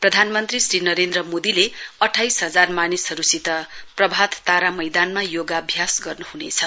प्रधानमन्त्री श्री नरेन्द्र मोदीले अठाइस हजार मानिसहरूसित प्रभात तारा मैदानमा योगाभ्यास गर्नुहनेछ